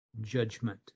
judgment